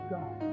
God